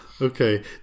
Okay